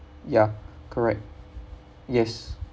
ya correct yes